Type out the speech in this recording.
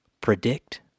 predict